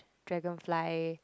dragonfly